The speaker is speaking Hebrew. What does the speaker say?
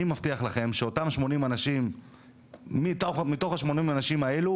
אני מבטיח לכם שמתוך ה-80 אנשים האלו